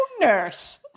nurse